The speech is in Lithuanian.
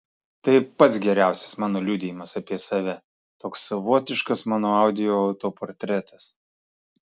tai pats geriausias mano liudijimas apie save toks savotiškas mano audio autoportretas